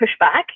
pushback